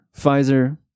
Pfizer